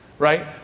Right